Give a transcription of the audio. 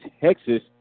Texas